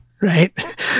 Right